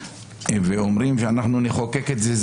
הם אומרים שהם יחוקקו את זה,